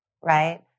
right